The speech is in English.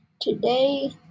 Today